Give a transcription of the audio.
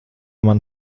man